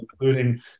including